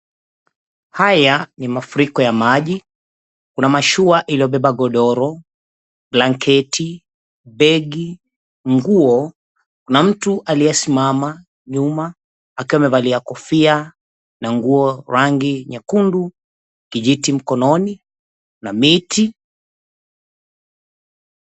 Haya ni mafuriko ya maji. Kuna mashua iliyobebea godoro, blanketi, begi, nguo, Kuna mtu aliyesimama nyuma akiwa amevalia kofia na nguo rangi nyekundu, kijiti mkononi na miti.